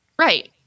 right